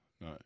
No